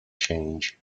change